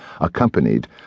accompanied